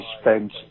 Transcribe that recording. spent